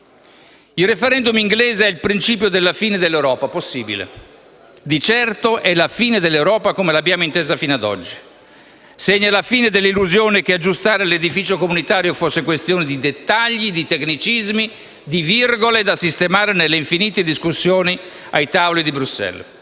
Il *referendum* britannico è il principio della fine dell'Europa? È possibile. Di certo è la fine dell'Europa come l'abbiamo intesa fino ad oggi. Segna la fine dell'illusione che aggiustare l'edificio comunitario fosse questione di dettagli, di tecnicismi, di virgole da sistemare nelle infinite discussioni ai tavoli di Bruxelles.